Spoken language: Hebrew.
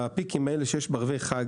בפיקים האלה שיש בערבי חג,